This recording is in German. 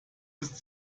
ist